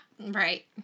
Right